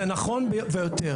זה נכון ביותר.